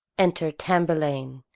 enter tamburlaine,